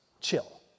Chill